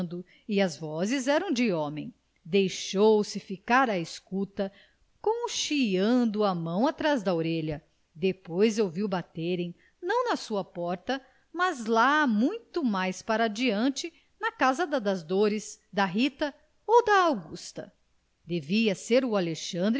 e as vozes eram de homem deixou-se ficar à escuta concheando a mão atrás da orelha depois ouviu baterem não na sua porta mas lá muito mais para diante na casa da das dores da rita ou da augusta devia ser o